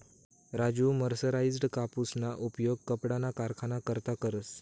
Raju mercerized कापूसना उपयोग कपडाना कारखाना करता करस